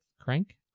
Crank